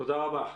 תודה רבה.